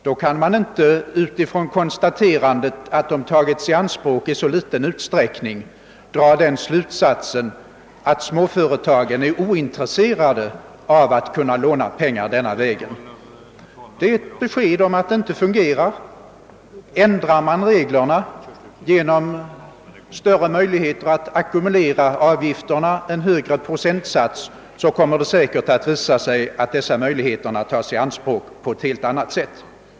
Då kan man inte av konstaterandet att de har tagits i anspråk i så ringa utsträckning dra den slutsatsen att småföretagen är ointresserade av att kunna låna pengar denna väg. Det är bara ett besked om att återlånen inte fungerar. Ändrar man reglerna genom större möjligheter att ackumulera avgifterna och genom en högre procentsats kommer det säkert att visa sig, att återlånemöjligheter tas i anspråk på ett helt annat sätt.